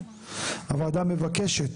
6. הוועדה מבקשת